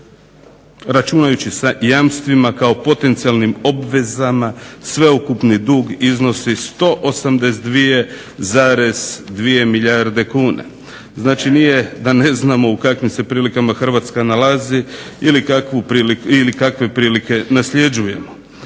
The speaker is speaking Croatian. računajući sa jamstvima kao potencijalnim obvezama, sveukupni dug iznosi 182,2 milijarde kuna. Nije da ne znamo u kakvim se prilikama Hrvatska nalazi ili kakve prilike nasljeđuje.